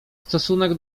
stosunek